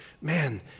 man